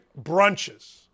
brunches